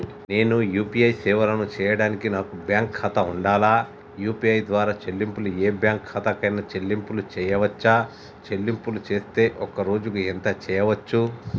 నేను యూ.పీ.ఐ సేవలను చేయడానికి నాకు బ్యాంక్ ఖాతా ఉండాలా? యూ.పీ.ఐ ద్వారా చెల్లింపులు ఏ బ్యాంక్ ఖాతా కైనా చెల్లింపులు చేయవచ్చా? చెల్లింపులు చేస్తే ఒక్క రోజుకు ఎంత చేయవచ్చు?